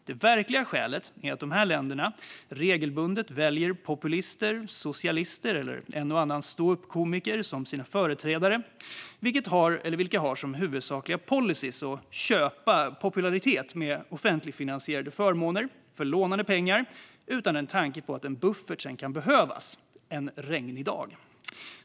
Det verkliga skälet är att de länderna regelbundet väljer populister, socialister eller en och annan ståuppkomiker som sina företrädare, vilka har som sina huvudsakliga policyer att köpa popularitet med offentligfinansierade förmåner för lånade pengar utan en tanke på att en buffert sedan kan behövas en regnig dag.